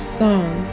song